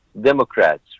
Democrats